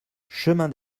chemin